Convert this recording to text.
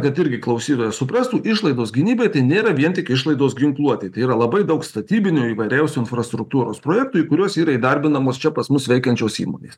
kad irgi klausytojas suprastų išlaidos gynybai tai nėra vien tik išlaidos ginkluotei tai yra labai daug statybinių įvairiausių infrastruktūros projektų į kuriuos yra įdarbinamos čia pas mus veikiančios įmonės